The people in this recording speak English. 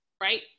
right